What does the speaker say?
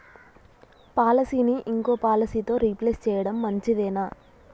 పాలసీని ఇంకో పాలసీతో రీప్లేస్ చేయడం మంచిదేనా?